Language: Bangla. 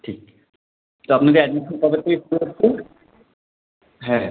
ঠিক তো আপনাদের অ্যাডমিশান কবের থেকে শুরু হচ্ছে হ্যাঁ